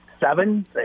seven